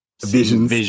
visions